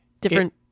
different